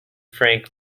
frank